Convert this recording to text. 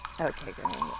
Okay